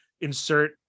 insert